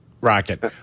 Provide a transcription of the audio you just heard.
rocket